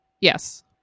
Yes